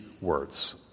words